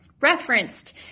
referenced